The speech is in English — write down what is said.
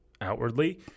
outwardly